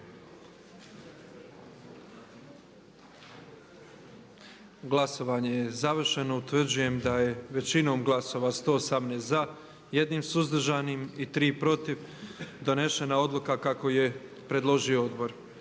Glasovanje je završeno. Utvrđujem da je većinom glasova za 115, 4 suzdržana i 4 protiv donesena Odluka o imenovanju